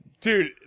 Dude